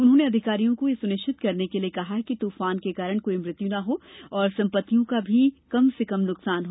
उन्होंने अधिकारियों को यह सुनिश्चित करने के लिए कहा कि तूफान के कारण कोई मृत्यु न हो और संपत्तियों का भी कम से कम नुकसान हो